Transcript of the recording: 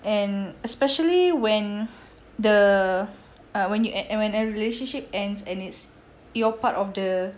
and especially when the err when you and when a relationship ends and it's you're part of the